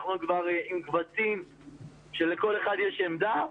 אנחנו כבר עם קבצים כשלכל אחד יש עמדה.